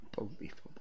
Unbelievable